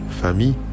famille